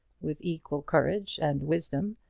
with equal courage and wisdom,